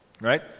Right